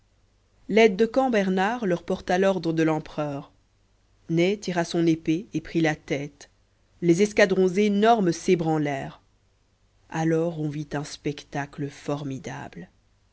l'aide de camp bernard leur porta l'ordre de l'empereur ney tira son épée et prit la tête les escadrons énormes s'ébranlèrent alors on vit un spectacle formidable